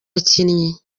bakinnyi